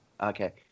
Okay